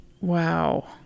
wow